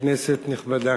כנסת נכבדה,